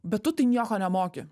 bet tu tai nieko nemoki